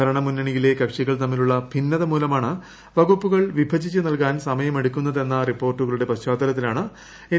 ഭരണമുന്നണിയിലെ കക്ഷികൾ തമ്മിലുള്ള ഭിന്നത മൂലമാണ് വകുപ്പുകൾ വിഭജിച്ച് നൽകാൻ സമയമെടുക്കുന്നതെന്ന റിപ്പോർട്ടുകളുടെ പശ്ചാത്തലത്തിലാണ് എൻ